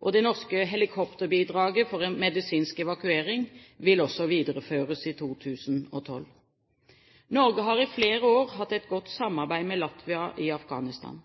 og det norske helikopterbidraget for en medisinsk evakuering vil også videreføres i 2012. Norge har i flere år hatt et godt samarbeid med Latvia i Afghanistan.